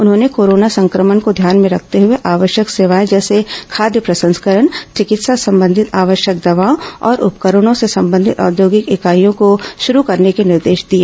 उन्होंने कोरोना संक्रमण को ध्यान में रखते हुए आवश्यक सेवाओं जैसे खाद्य प्रसंस्करण चिकित्सा संबंधित आवश्यक दवाओं और उपकरणों से संबंधित औद्योगिक इकाईयों को शरू करने के निर्देश दिए